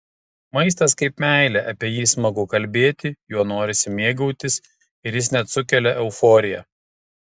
maistas kaip meilė apie jį smagu kalbėti juo norisi mėgautis ir jis net sukelia euforiją